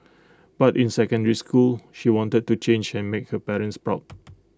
but in secondary school she wanted to change and make her parents proud